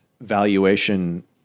valuation